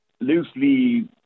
loosely